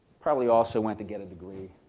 probably also went to get a degree,